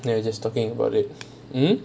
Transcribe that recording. so we just talking about it hmm